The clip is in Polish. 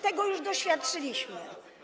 Tego już doświadczyliśmy.